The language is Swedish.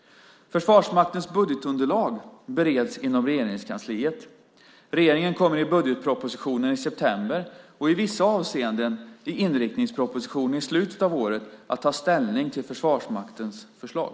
Försvarsmaktens budgetunderlag bereds inom Regeringskansliet. Regeringen kommer i budgetpropositionen i september - och i vissa avseenden i inriktningspropositionen i slutet av året - att ta ställning till Försvarsmaktens förslag.